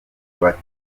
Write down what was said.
bati